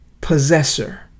possessor